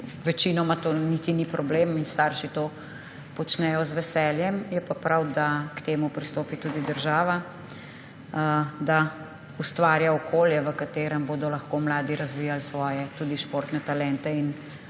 Večinoma to niti ni problem in starši to počnejo z veseljem, je pa prav, da k temu pristopi tudi država, da ustvarja okolje, v katerem bodo lahko mladi razvijali svoje tudi športne talente in